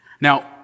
Now